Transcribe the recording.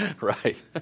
Right